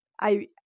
I-